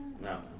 no